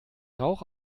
rauch